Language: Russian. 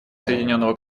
соединенного